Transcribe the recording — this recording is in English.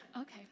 Okay